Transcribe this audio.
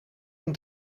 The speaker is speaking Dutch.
een